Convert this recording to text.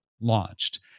launched